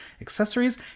accessories